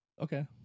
Okay